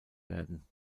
werden